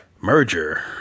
merger